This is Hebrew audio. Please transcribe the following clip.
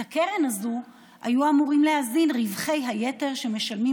את הקרן הזו היו אמורים להזין רווחי היתר שמשלמים